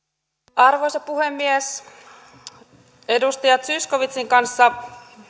arvoisa puhemies luulenpa että edustaja zyskowiczin kanssa